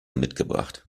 mitgebracht